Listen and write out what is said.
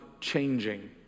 changing